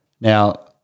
Now-